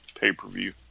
pay-per-view